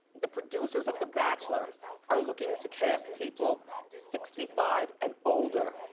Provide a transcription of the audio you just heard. the producers of the bachelor are looking to cast people sixty five and older.